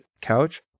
couch